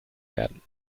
werden